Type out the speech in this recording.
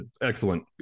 excellent